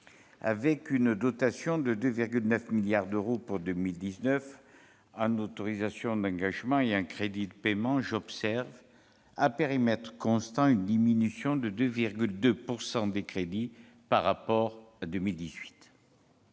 Avec une dotation de 2,9 milliards d'euros pour 2019 en autorisations d'engagement et en crédits de paiement, j'observe, à périmètre constant, une diminution de 2,2 % des crédits par rapport à 2018.